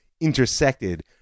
intersected